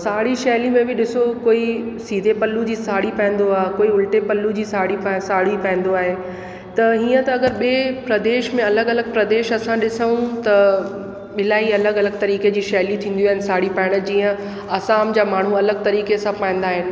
साड़ी शैली में ॾिसो कोई सीधे पल्लू जी साड़ी पाईंदो आहे कोई उल्टे पल्लू जी साड़ी पा साड़ी पाईंदो आहे त हीअं त अगरि ॿिएं प्रदेश में अलॻि अलॻि प्रदेश असां ॾिसूं त इलाही अलॻि अलॻि तरीक़े जी शैली थींदियूं आहिनि साड़ी पाइण जीअं आसाम जा माण्हू अलॻि तरीक़े सां पाईंदा आहिनि